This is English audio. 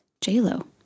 J-Lo